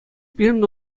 пирӗн